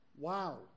Wow